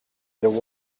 there